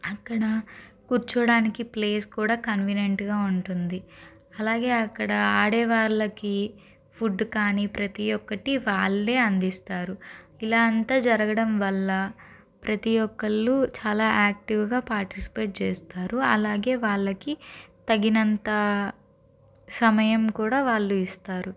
అక్కడ కూర్చోడానికి ప్లేస్ కూడా కన్వీనెంట్గా ఉంటుంది అలాగే అక్కడ ఆడేవాళ్ళకి ఫుడ్ కానీ ప్రతి ఒక్కటి వాళ్ళే అందిస్తారు ఇలా అంతా జరగడం వల్ల ప్రతి ఒక్కరు చాలా యాక్టీవ్గా పాటిస్పేట్ చేస్తారు అలాగే వాళ్ళకి తగినంత సమయం కూడా వాళ్ళు ఇస్తారు